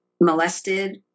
molested